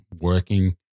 working